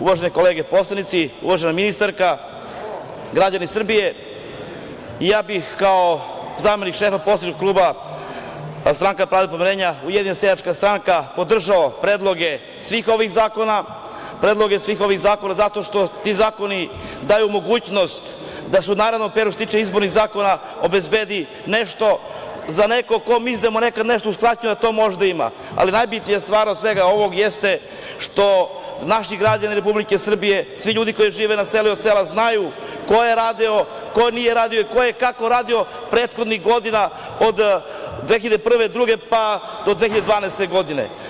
Uvaženi kolege poslanici, uvažena ministarka, građani Srbije, ja bih kao zamenik šefa poslaničkog kluba Stranka pravde i pomirenja - Ujedinjena seljačka stranka podržao predloge svih ovih zakona zato što ti zakoni daju mogućnost da se u narednom periodu što se tiče izbornih zakona obezbedi nešto za nekog ko misli da mu je nekad uskraćeno da to može da ima, ali najbitnija stvar od svega ovoga jeste što naši građani Republike Srbije, svi ljudi koji žive na selu i od sela znaju ko je radio, ko nije radio i ko je kako radio prethodnih godina od 2001/2002, pa do 2012. godine.